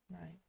Right